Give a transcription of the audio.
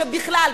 או בכלל,